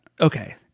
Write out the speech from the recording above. Okay